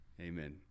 Amen